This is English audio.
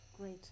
great